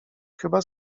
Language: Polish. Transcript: chyba